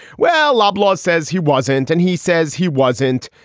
well, loblaw says he wasn't and he says he wasn't.